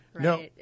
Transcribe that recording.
No